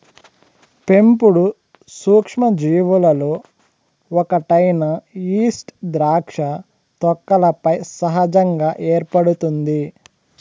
పెంపుడు సూక్ష్మజీవులలో ఒకటైన ఈస్ట్ ద్రాక్ష తొక్కలపై సహజంగా ఏర్పడుతుంది